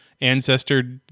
ancestor